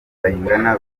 bayingana